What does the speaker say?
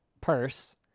purse